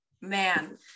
man